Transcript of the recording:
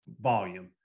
volume